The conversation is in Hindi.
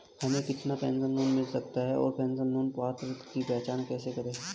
हमें कितना पर्सनल लोन मिल सकता है और पर्सनल लोन पात्रता की जांच कैसे करें?